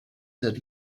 that